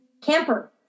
camper